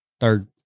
third